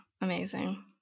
amazing